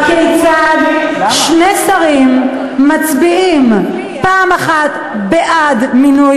הכיצד שני שרים מצביעים פעם אחת בעד מינוי